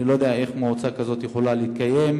אני לא יודע איך מועצה כזאת יכולה להתקיים.